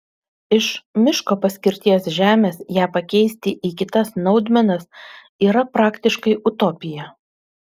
iš miško paskirties žemės ją pakeisti į kitas naudmenas yra praktiškai utopija